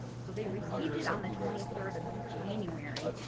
so they received it on the twenty third of january,